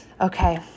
Okay